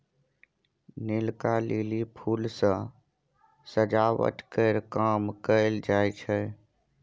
नीलका lily फुल सँ सजावट केर काम कएल जाई छै